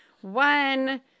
One